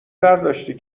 برداشتی